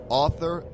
author